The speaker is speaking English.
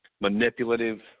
manipulative